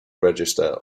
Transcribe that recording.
register